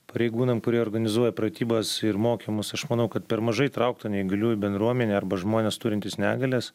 pareigūnam kurie organizuoja pratybas ir mokymus aš manau kad per mažai įtraukta neįgaliųjų bendruomenė arba žmonės turintys negalias